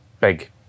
big